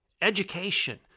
Education